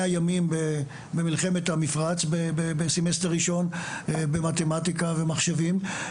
ימים במלחמת המפרץ בסמסטר ראשון במתמטיקה ומחשבים.